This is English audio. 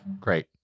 Great